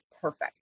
perfect